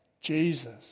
Jesus